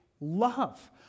love